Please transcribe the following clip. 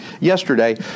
yesterday